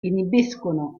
inibiscono